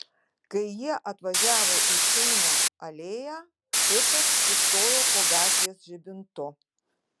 kai jie atvažiavo į čeinio alėją ficas sustojo po gatvės žibintu